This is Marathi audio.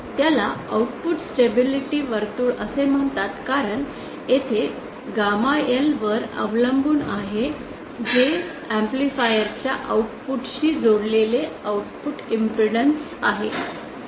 त्याला आउटपुट स्टेबिलिटी वर्तुळ असे म्हणतात कारण येथे वर्तुळ गॅमा L वर अवलंबून आहे जे एम्पलीफायर च्या आउटपुट शी जोडलेले आउटपुट इम्पेडन्स आहे